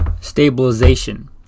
stabilization